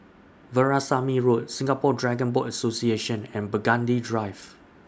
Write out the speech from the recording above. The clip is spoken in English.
Veerasamy Road Singapore Dragon Boat Association and Burgundy Drive